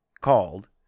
called